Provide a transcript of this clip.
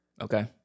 Okay